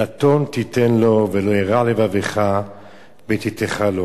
"נתון תתן לו ולא ירע לבבך בתתך לו